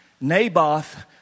Naboth